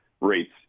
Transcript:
rates